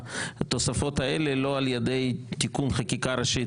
התוספות האלה לא על ידי תיקון חקיקה ראשית,